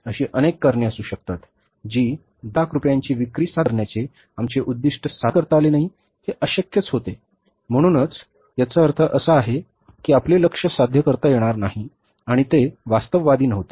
अशी अनेक कारणे असू शकतात जी दहा लाख रुपयांची विक्री साध्य करण्याचे आमचे उद्दीष्ट साध्य करता आले नाही हे अशक्य होते म्हणूनच याचा अर्थ असा आहे की आपले लक्ष्य साध्य करता येणार नाही आणि ते वास्तववादी नव्हते